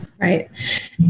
Right